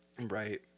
Right